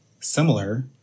similar